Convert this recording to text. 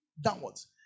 downwards